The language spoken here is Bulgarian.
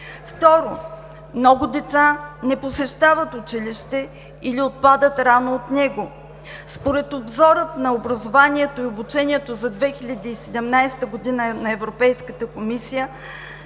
Второ, много деца не посещават училище или отпадат рано от него. Според обзорът на образованието и обучението за 2017 г. на Европейската комисия